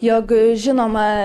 jog žinoma